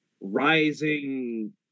rising